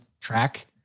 track